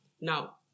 now